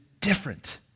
different